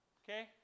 okay